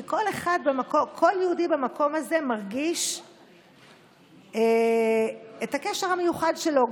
כי כל יהודי במקום הזה מרגיש את הקשר המיוחד שלו,